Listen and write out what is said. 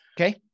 Okay